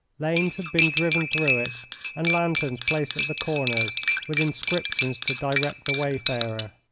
lanes had been driven through it and lanterns placed at the corners with inscriptions to direct the wayfarer.